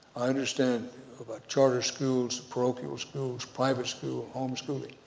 i understand about charter schools, parochial schools, private schools, home schooling,